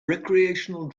recreational